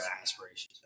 aspirations